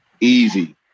easy